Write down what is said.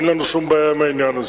אין לנו שום בעיה עם העניין הזה.